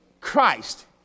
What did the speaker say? Christ